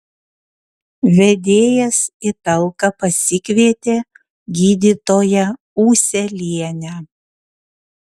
vedėjas į talką pasikvietė gydytoją ūselienę